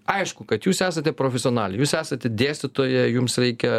aišku kad jūs esate profesionalė jūs esate dėstytoja jums reikia